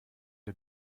der